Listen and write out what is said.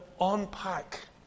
unpack